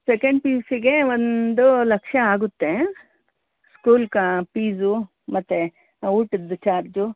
second P U ಸಿಗೆ ಒಂದು ಲಕ್ಷ ಆಗುತ್ತೆ ಸ್ಕೂಲ್ ಕಾ ಫೀಸು ಮತ್ತೆ ಊಟದ್ದು ಚಾರ್ಜು